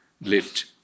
lift